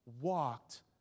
walked